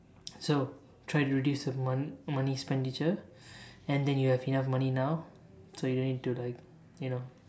so try to reduce the mon~ money expenditure then you have enough money now so you don't need to like you know